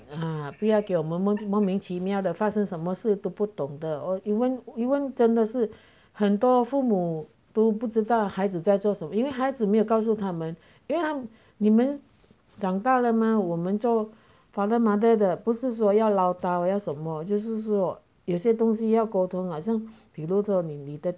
ah 不要给我们莫名其妙地发生什么事都不懂得 or even even 真的是很多父母都不知道孩子在做什么因为孩子没有告诉因为他们你们长大了吗我们做 father mother 的不是说要唠叨要什么就是说有些东西要沟通好像比如说你的